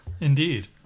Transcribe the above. indeed